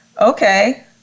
Okay